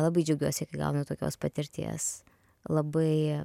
labai džiaugiuosi kai gaunu tokios patirties labai